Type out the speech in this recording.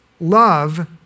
love